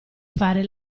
fare